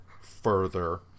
further